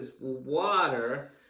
water